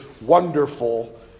Wonderful